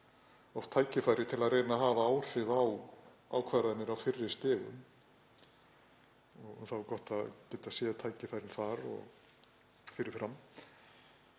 oft tækifæri til að reyna að hafa áhrif á ákvarðanir á fyrri stigum og gott að geta séð tækifærin þar fyrir fram.